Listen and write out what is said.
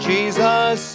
Jesus